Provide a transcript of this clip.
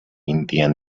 indian